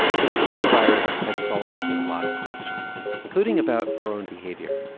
the coronavirus has us all asking a lot of questions, including about our own behavior,